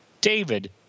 David